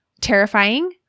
terrifying